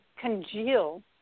congeal